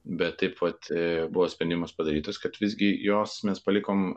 bet taip vat buvo sprendimas padarytas kad visgi jos mes palikom